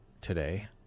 today